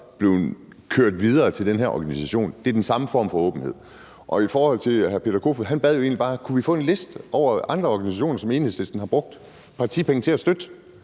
blevet sendt videre til den her organisation. Det er den samme form for åbenhed. Hr. Peter Kofod bad jo bare om, om vi må få en liste over andre organisationer, som Enhedslisten har brugt partipenge til at støtte.